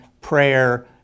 prayer